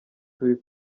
turi